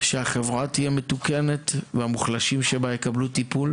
שהחברה תהיה מתוקנת והמוחלשים שבה יקבלו טיפול